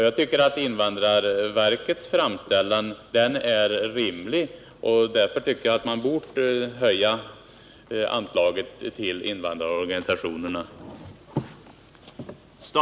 Jag tycker att invandrarverkets framställning är rimlig och att man hade bort höja anslaget till invandrarorganisationerna.